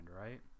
right